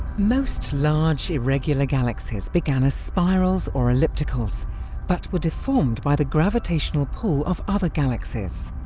most large irregular galaxies began as spirals or ellipticals but were deformed by the gravitational pull of other galaxies.